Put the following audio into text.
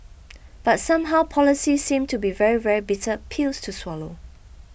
but somehow policies seem to be very very bitter pills to swallow